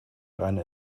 einen